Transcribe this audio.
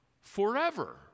forever